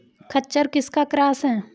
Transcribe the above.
खच्चर किसका क्रास है?